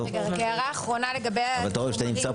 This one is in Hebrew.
הערה אחרונה- -- יש פה שני ראשי חטיבות,